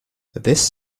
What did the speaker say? this